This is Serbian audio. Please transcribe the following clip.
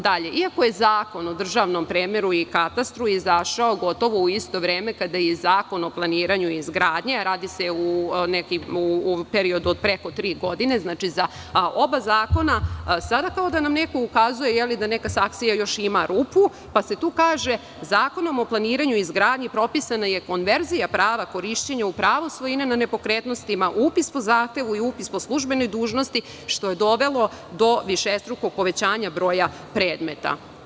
Dalje, iako je Zakon o državnom premeru i katastru izašao gotovo u isto vreme kada i Zakon o planiranju i izgradnji, a radi se u periodu od preko tri godine, znači za oba zakona, sada kao da nam neko ukazuje da neka saksija još ima rupu, pa se tu kaže – Zakonom o planiranju i izgradnji, propisana je konverzija prava korišćenja u pravu svojine na nepokretnostima, upis po zahtevu i upis po službenoj dužnosti, što je dovelo do višestrukog povećanja broja predmeta.